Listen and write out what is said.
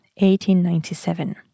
1897